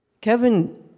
Kevin